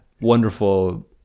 wonderful